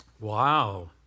Wow